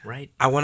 Right